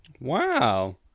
Wow